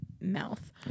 mouth